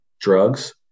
drugs